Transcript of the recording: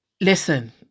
Listen